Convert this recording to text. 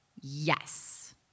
Yes